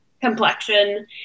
complexion